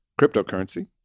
cryptocurrency